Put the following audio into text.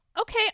Okay